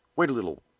wait a little,